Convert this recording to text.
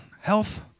health